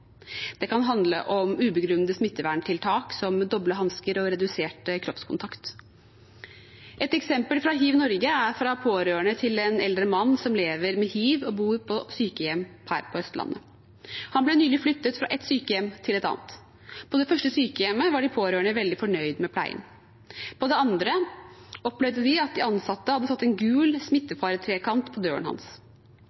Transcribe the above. Det kan handle om ubegrunnede smitteverntiltak, som doble hansker og redusert kroppskontakt. Et eksempel fra HivNorge er fra pårørende til en eldre mann som lever med hiv og bor på sykehjem her på Østlandet. Han ble nylig flyttet fra et sykehjem til et annet. På det første sykehjemmet var de pårørende veldig fornøyd med pleien. På det andre opplevde de at de ansatte hadde satt en gul